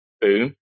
boom